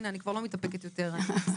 הנה אני כבר לא מתאפקת יותר, אני מצטערת,